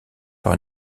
par